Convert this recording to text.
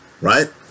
right